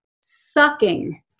sucking